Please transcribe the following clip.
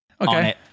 okay